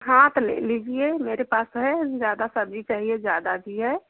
हाँ तो ले लीजिए मेरे पास है ज़्यादा सब्ज़ी चाहिए ज़्यादा भी है